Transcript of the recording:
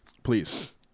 Please